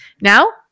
Now